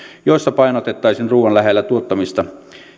joissa painotettaisiin ruuan lähellä tuottamista